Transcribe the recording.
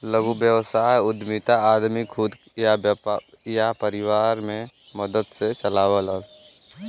लघु व्यवसाय उद्यमिता आदमी खुद या परिवार के मदद से चलावला